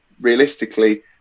realistically